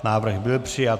Návrh byl přijat.